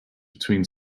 between